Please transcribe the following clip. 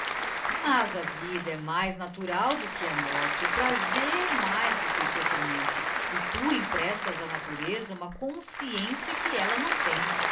mas a vida é mais natural do que a morte o prazer mais do que o soffrimento e tu emprestas á natureza uma consciência que ella não tem